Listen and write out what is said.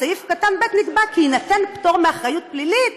בסעיף קטן (ב) נקבע כי יינתן פטור מאחריות פלילית